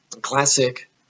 Classic